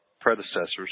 predecessors